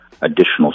additional